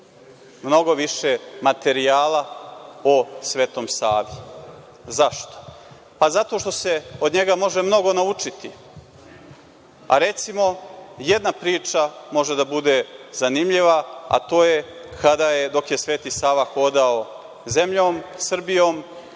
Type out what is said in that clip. mnogo više materijala o Svetom Savi. Zašto? Zato što se od njega može mnogo naučiti, a recimo, jedna priča može da bude zanimljiva, a to je kada je, dok je Sveti Sava hodao zemljom Srbijom,